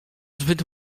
zbyt